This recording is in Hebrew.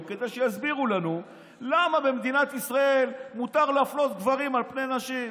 כדי שיסבירו לנו למה במדינת ישראל מותר להפלות גברים על פני נשים.